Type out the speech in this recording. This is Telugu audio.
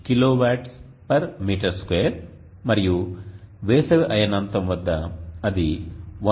41kW m2 మరియు వేసవి అయనాంతం వద్ద అది 1